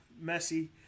messy